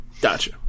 gotcha